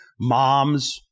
Moms